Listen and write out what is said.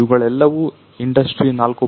ಇವುಗಳೆಲ್ಲವೂ ಇಂಡಸ್ಟ್ರಿ4